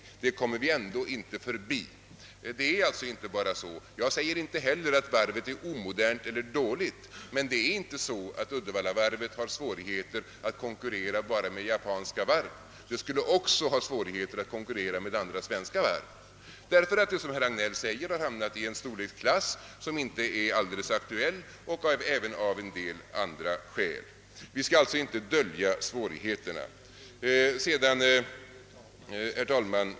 Den saken kommer vi ändå inte förbi. Jag vill inte säga att Uddevallavarvet är omodernt eller dåligt, men varvet har svårigheter inte bara att konkurrera med japanska varv utan skulle ha svårigheter att konkurrera också med andra svenska varv, därför att det som herr Hagnell säger har hamnat i en storleksklass som inte är alldeles aktuell; det finns även en del andra skäl. Vi skall alltså inte dölja svårigheterna.